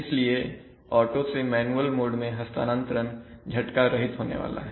इसलिए ऑटो से manual mode में हस्तांतरण झटका रहित होने वाला है